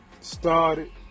started